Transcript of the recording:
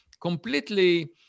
completely